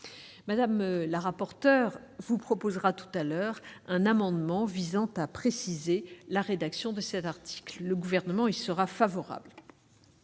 Mme la rapporteure vous proposera tout à l'heure un amendement visant à préciser la rédaction de cet article. Le Gouvernement y sera favorable.